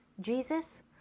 Jesus